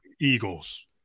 eagles